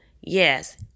yes